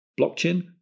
Blockchain